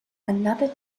another